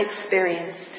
experienced